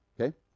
Okay